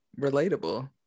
relatable